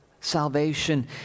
salvation